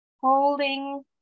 Holding